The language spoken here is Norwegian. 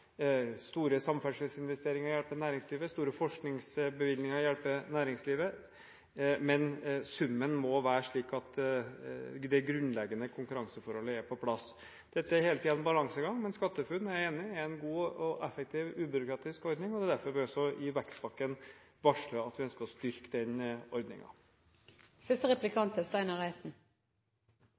Store samferdselsinvesteringer og store forskningsbevilgninger hjelper næringslivet. Men summen må være slik at det grunnleggende konkurranseforholdet er på plass. Dette er hele tiden en balansegang, men jeg er enig i at SkatteFUNN er en god, effektiv og ubyråkratisk ordning. Det er også derfor det i vekstpakken er varslet at vi ønsker å styrke den ordningen. I gårsdagens utgave av Dagens Næringsliv er